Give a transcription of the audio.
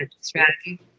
strategy